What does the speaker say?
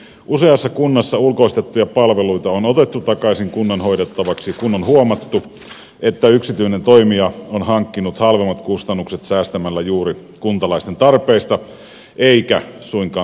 useassa kunnassa ulkoistettuja palveluita on otettu takaisin kunnan hoidettavaksi kun on huomattu että yksityinen toimija on hankkinut halvemmat kustannukset säästämällä juuri kuntalaisten tarpeista eikä suinkaan byrokratiasta